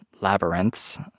labyrinths